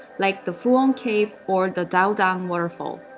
like the puong cave, or the dau dang waterfall.